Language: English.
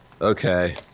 Okay